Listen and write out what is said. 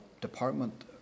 department